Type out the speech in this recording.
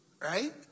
Right